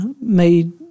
made